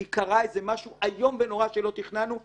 כי קרה משהו איום ונורא שלא תכננו,